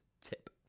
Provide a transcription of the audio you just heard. tip